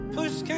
Push